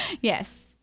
Yes